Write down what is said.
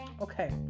okay